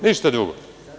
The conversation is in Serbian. Ništa drugo.